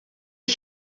ich